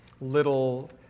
little